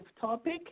topic